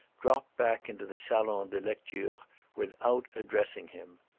dropped back into the salon de lecture without addressing him.